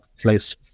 place